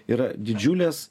yra didžiulės